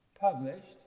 published